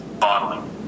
bottling